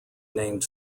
named